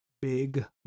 Big